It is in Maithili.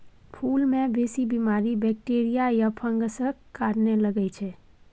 फुल मे बेसी बीमारी बैक्टीरिया या फंगसक कारणेँ लगै छै